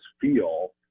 feel